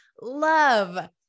love